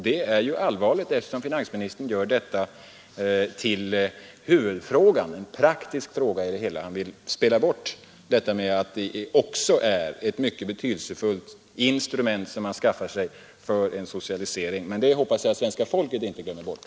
Det är ju allvarligt, eftersom finansministern gör detta till huvudfrågan, dvs. en praktisk fråga i det hela. Han vill spela bort att det också är ett mycket betydelsefullt instrument man skaffar sig för en socialisering. Men det hoppas jag att svenska folket inte glömmer bort.